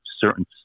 certain